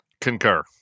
Concur